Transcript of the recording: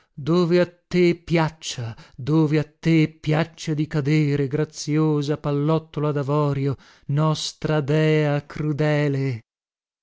dove a te piaccia dove a te piaccia di cadere graziosa pallottola davorio nostra dea crudele